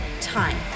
time